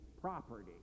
property